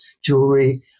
jewelry